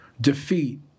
defeat